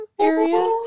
area